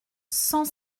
cent